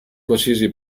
qualsiasi